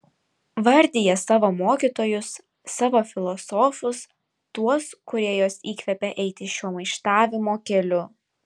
vardija savo mokytojus savo filosofus tuos kurie juos įkvėpė eiti šiuo maištavimo keliu